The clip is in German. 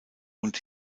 und